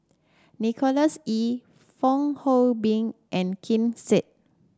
Nicholas Ee Fong Hoe Beng and Ken Seet